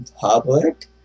public